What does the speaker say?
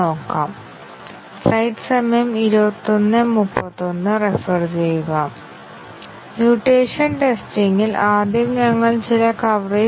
ഒരു പാത്ത് ടെസ്റ്റിംഗിന് ആ പാത്തുകൾ കണ്ടെത്താനും അത് നടപ്പിലാക്കാൻ ടെസ്റ്റ് കേസുകൾ എഴുതാനും ഞങ്ങൾക്ക് ആവശ്യമില്ല